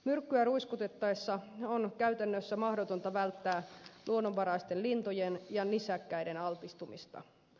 myrkkyä ruiskutettaessa on käytännössä mahdotonta välttää luonnonvaraisten lintujen ja nisäkkäiden altistumista